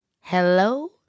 Hello